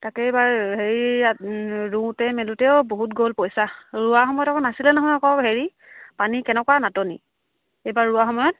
তাকে এইবাৰ হেৰিয়াত ৰোওতে মেলোঁতেও বহুত গ'ল পইচা ৰোৱা সময়ত আকৌ নাছিলে নহয় আকৌ হেৰি পানী কেনেকুৱা নাটনি এইবাৰ ৰোৱা সময়ত